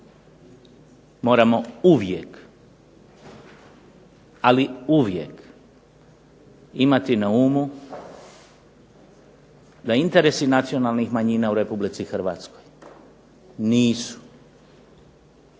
moramo uvijek, ali uvijek, imati na umu da interesi nacionalnih manjina u RH nisu